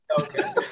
Okay